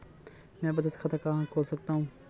मैं बचत खाता कहां खोल सकता हूं?